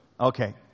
Okay